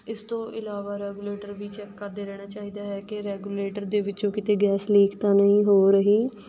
ਇਸ ਤੋਂ ਇਲਾਵਾ ਰੈਗੂਲੇਟਰ ਵੀ ਚੈੱਕ ਕਰਦੇ ਰਹਿਣਾ ਚਾਹੀਦਾ ਹੈ ਕਿ ਰੈਗੂਲੇਟਰ ਦੇ ਵਿੱਚੋਂ ਕਿਤੇ ਗੈਸ ਲੀਕ ਤਾਂ ਨਹੀਂ ਹੋ ਰਹੀ